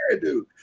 dude